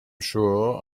sure